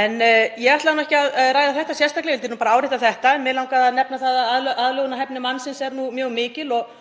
En ég ætlaði nú ekki að ræða þetta sérstaklega, vildi bara árétta þetta. Mig langaði að nefna það að aðlögunarhæfni mannsins er mjög mikil og